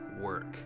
work